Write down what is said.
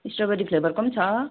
strawberry फ्लेभरको पनि छ